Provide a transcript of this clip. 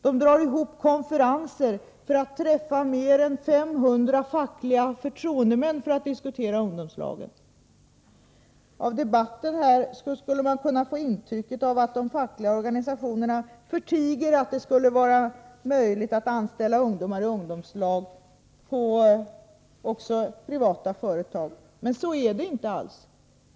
De drar ihop konferenser för att träffa mer än 500 fackliga förtroendemän för att diskutera ungdomslagen. Av debatten skulle man kunna få intrycket att de fackliga organisationerna förtiger att det skulle vara möjligt att anställa ungdomar i ungdomslag också inom privata företag. Men så är det inte alls.